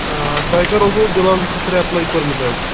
آ تۄہہِ کَر اوسوٕ بِلال خٲطرٕ ایٚپلاے کوٚرمُت حظ